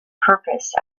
purpose